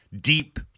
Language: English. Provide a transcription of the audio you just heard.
deep